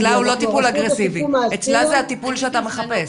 אצלה זה הטיפול שאתה מחפש.